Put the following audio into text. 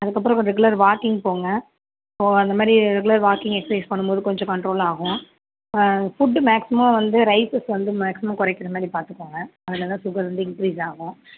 அதுக்கப்புறம் regular walking போங்க போக அந்த மாதிரி ரெகுலர் வாக்கிங் எக்ஸ்சைஸ் பண்ணும்போது கொஞ்சம் கன்ட்ரரோல் ஆகும் ஃபுட் மேக்ஸிமம் வந்து ரைஸஸ் வந்து மேக்ஸிமம் குறைக்கிற மாதிரி பார்த்துக்கோங்க அதில்தான் சுகர் வந்து இன்கிரீஸ் ஆகும்